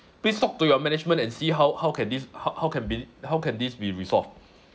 please talk to your management and see how how can this how how can be how can this be resolved